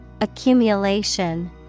Accumulation